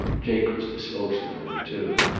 jake was the spokesman of the two.